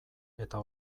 eta